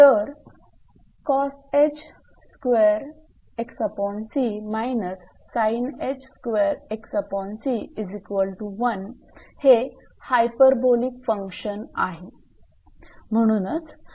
तर हे hyperbolic function आहे